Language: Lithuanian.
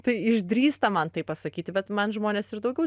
tai išdrįsta man tai pasakyti bet man žmonės ir daugiau